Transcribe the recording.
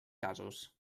casos